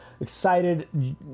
excited